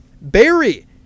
Barry